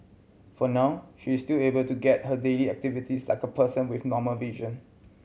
for now she is still able to get by her daily activities like a person with normal vision